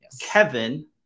Kevin